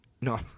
No